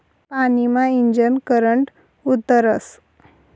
पानी मा ईजनं करंट उतरस